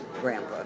grandpa